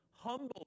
Humble